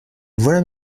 voilà